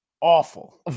awful